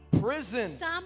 prison